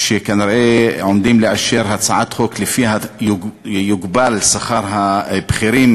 כנראה עומדים לאשר הצעת חוק שלפיה יוגבל שכר הבכירים